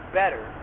better